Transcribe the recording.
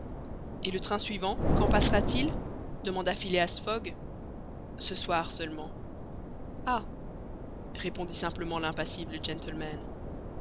et le train suivant quand passera-t-il demanda phileas fogg ce soir seulement ah répondit simplement l'impassible gentleman